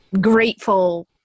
grateful